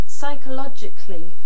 psychologically